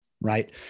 right